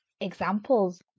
examples